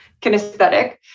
kinesthetic